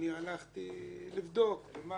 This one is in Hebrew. אני הלכתי לבדוק מה